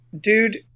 Dude